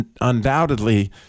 undoubtedly